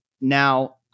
now